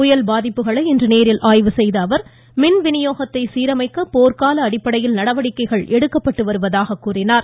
புயல் பாதிப்புகளை இன்று நேரில் ஆய்வு செய்த அவர் மின்வினியோகத்தை சீரமைக்க போர்க்கால அடிப்படையில் நடவடிக்கைகள் எடுக்கப்பட்டு வருவதாக கூறினார்